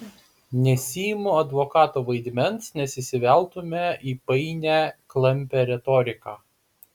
nesiimu advokato vaidmens nes įsiveltumėme į painią klampią retoriką